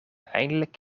eindelijk